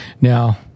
Now